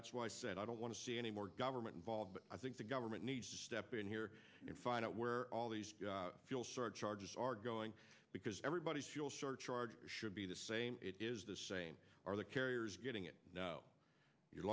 that's why i said i don't want to see any more government involved but i think the government needs to step in here and find out where all these fuel surcharges are going because everybody's fuel surcharge should be the same it is the same or the carriers getting it